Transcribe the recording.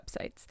websites